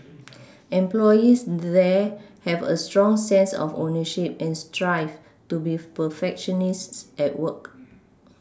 employees there have a strong sense of ownership and strive to be perfectionists at work